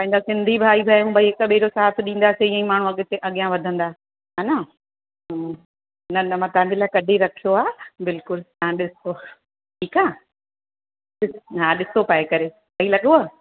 पंहिंजा सिंधी भई आहियूं भई हिक ॿिए जो साथ ॾींदासीं ईअं ई माण्हू अॻिते अॻियां वधंदा इहे न हा न न मां तव्हांजे लाइ कढी रखियो आहे बिल्कुल तव्हां ॾिसो ठीकु आहे हा ॾिसो पाए करे ठीक लॻव